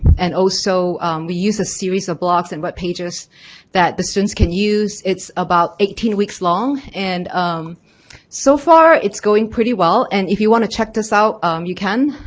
and also we use a series of blogs and web but pages that the students can use, it's about eighteen weeks long and um so far it's going pretty well. and if you wanna check this out um you can.